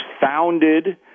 founded